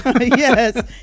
Yes